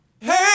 Hey